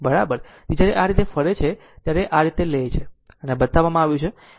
તેથી જ્યારે આ આ રીતે ફરે છે ત્યારે આ લે છે આ બતાવવામાં આવ્યું છે